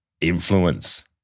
influence